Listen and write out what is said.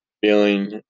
feeling